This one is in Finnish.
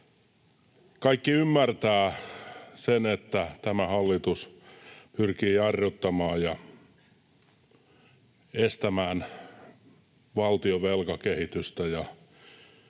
Kaikki ymmärtävät sen, että tämä hallitus pyrkii jarruttamaan ja estämään valtion velkakehitystä,